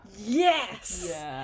yes